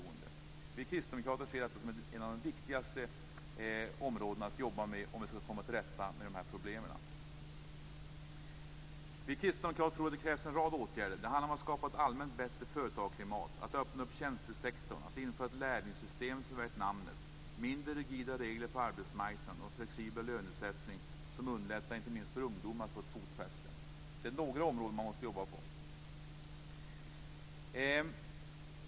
Vi kristdemokrater ser detta som ett av de viktigaste områdena att jobba med om vi skall komma till rätta med de här problemen. Vi kristdemokrater tror att det krävs en rad åtgärder. Det handlar om att skapa ett allmänt bättre företagsklimat, att öppna tjänstesektorn, att införa ett lärlingssystem som är värt namnet, att införa mindre rigida regler på arbetsmarknaden och att införa flexibel lönesättning som underlättar inte minst för ungdomar att få ett fotfäste. Det är några områden man måste jobba på.